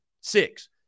six